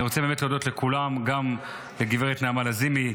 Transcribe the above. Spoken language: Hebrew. אני רוצה להודות לכולם, גם לגב' נעמה לזימי,